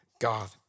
God